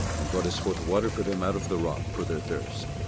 and broughtest forth water for them out of the rock for their thirst,